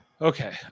okay